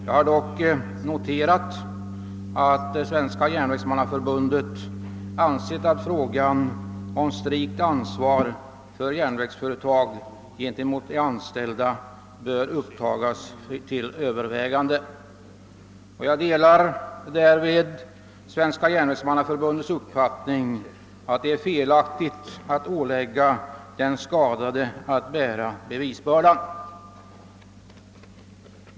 Jag har noterat att Svenska järnvägsmannaförbundet ansett att frågan om strikt ansvar för järnvägsföretag gentemot de anställda bör upptagas till övervägande, och jag delar därvidlag Svenska järnvägsmannaförbundets uppfattning att det är felaktigt att ålägga den skadade att bära bevisbördan.